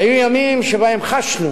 היו ימים שבהם חשנו